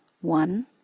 One